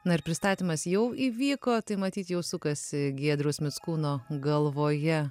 na ir pristatymas jau įvyko tai matyt jau sukasi giedriaus mickūno galvoje